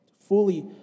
fully